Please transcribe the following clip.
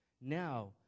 Now